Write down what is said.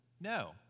No